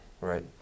Right